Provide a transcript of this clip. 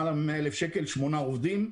שמונה עובדים,